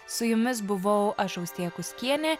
su jumis buvau aš austėja kuskienė